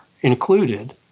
included